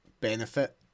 benefit